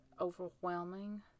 overwhelming